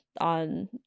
on